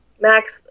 Max